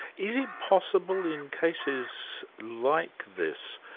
is it possible in cases like this,